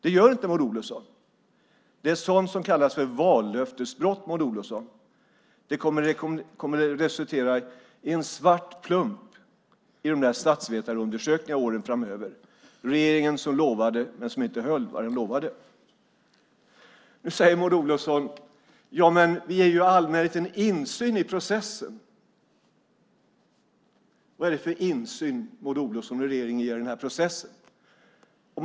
Det gör inte Maud Olofsson. Det är sådant som kallas för vallöftesbrott, Maud Olofsson. Det kommer att resultera i en svart plump i de där statsvetarundersökningarna åren framöver - regeringen som lovade men som inte höll vad den lovade. Nu säger Maud Olofsson: Ja, men vi ger ju allmänheten insyn i processen. Vad är det för insyn, Maud Olofsson, som regeringen ger i den här processen?